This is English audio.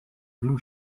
blue